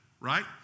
right